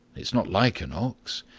it's not like an ox.